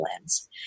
lens